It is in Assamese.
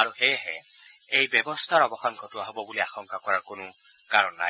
আৰু সেয়েহে এই ব্যৱস্থাৰ অৱসান ঘটোৱা হব বুলি আশংকা কৰাৰ কোনো কাৰণ নাই